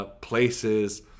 Places